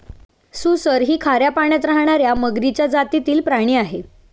सुसर ही खाऱ्या पाण्यात राहणार्या मगरीच्या जातीतील प्राणी आहे